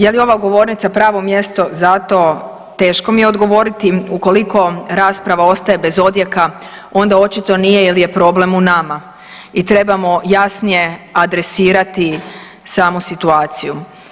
Je li ova govornica pravo mjesto za to, teško mi je odgovoriti ukoliko rasprava ostaje bez odjeka onda očito nije jer je problem u nama i trebamo jasnije adresirati samu situaciju.